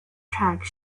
track